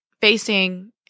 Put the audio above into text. facing